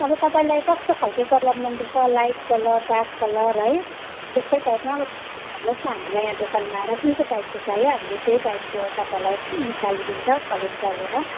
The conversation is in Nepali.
अब तपाईँलाई कस्तो खालको कलर मनपर्छ लाइट कलर डार्क कलर है त्यस्तै टाइपमा अब न हामीलाई यहाँ दोकानमा आएर कुन चाहिँ टाइपको चाहियो हामीले त्यही टाइपको तपाईँलाई निकालिदिन्छ कलेक्ट गरेर